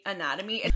Anatomy